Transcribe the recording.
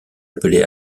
appelé